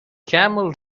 camel